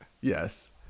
Yes